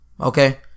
Okay